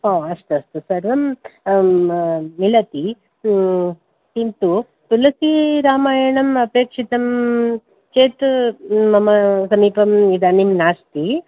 ओ अस्तु अस्तु सर्वं मिलति किन्तु तुलसीरामायणम् अपेक्षितं चेत् मम समीपे इदानीं नास्ति